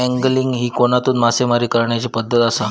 angling ही कोनातून मासेमारी करण्याची पद्धत आसा